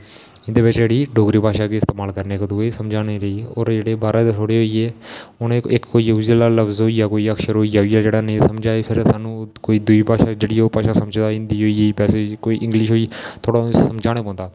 इं'दे बिच्च जेह्ड़ी डोगरी भाशा गै इस्तेमाल करने इक दुए गी समझाने लेई होर जेह्ड़े बाह्रा दे थोह्ड़े जेह्ड़े होई गे उ'ने गी इक कोई उ'ऐ जेहा लफ्ज होई गेआ कोई अक्षर होई गेआ जेह्ड़ा नेईं समझ आया फिर सानूं कोई दुई भाशा जेह्ड़ी समझ आई जंदी ओह् जेही भाशा कोई इंग्लिश होई थोह्ड़ी उस्सी समझाना पौंदी